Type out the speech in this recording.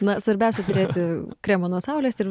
na svarbiausia turėti kremo nuo saulės ir